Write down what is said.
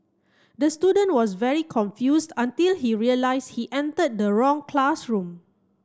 the student was very confused until he realize he enter the wrong classroom